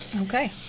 Okay